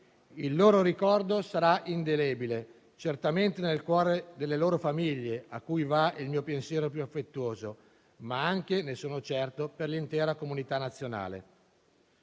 Il loro ricordo sarà indelebile, certamente nel cuore delle loro famiglie, cui va il mio pensiero più affettuoso, ma anche, ne sono certo, per l'intera comunità nazionale.